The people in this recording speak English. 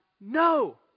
No